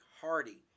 Hardy